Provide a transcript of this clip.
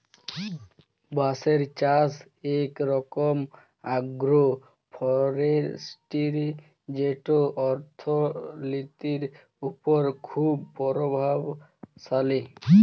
বাঁশের চাষ ইক রকম আগ্রো ফরেস্টিরি যেট অথ্থলিতির উপর খুব পরভাবশালী